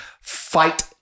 Fight